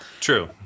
True